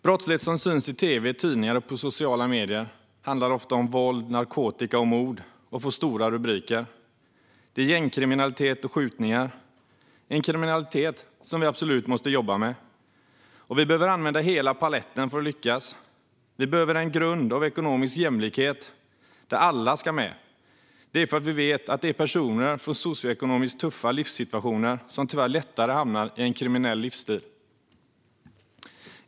Brottsligheten som syns i tv och tidningar och på sociala medier handlar ofta om våld, narkotika och mord och får stora rubriker. Det är gängkriminalitet och skjutningar - en kriminalitet som vi absolut måste jobba med. Och vi behöver använda hela paletten för att lyckas. Vi behöver en grund av ekonomisk jämlikhet där alla ska med, för vi vet att det är personer från socioekonomiskt tuffa livssituationer som tyvärr lättare hamnar i en kriminell livsstil.